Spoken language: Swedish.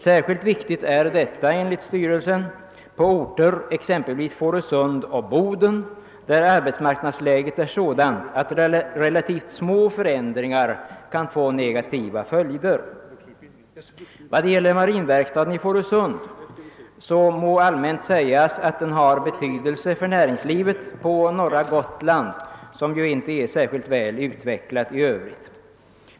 Särskilt viktigt är detta enligt styrelsen på orter — exempelvis Fårösund och Boden — där arbetsmarknadsläget är sådant att relativt små förändringar kan få negativa följder. Marinverkstaden i Fårösund har allmänt sett betydelse för näringslivet på norra Gotland, vilket inte är särskilt väl utvecklat i övrigt.